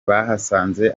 bahasanze